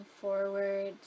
forward